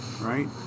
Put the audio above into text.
right